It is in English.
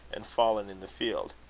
and fallen in the field.